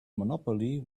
monopoly